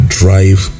drive